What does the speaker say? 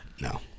No